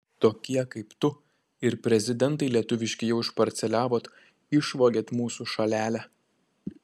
tokie kaip tu ir prezidentai lietuviški jau išparceliavot išvogėt mūsų šalelę